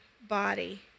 body